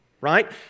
right